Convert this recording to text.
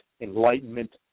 enlightenment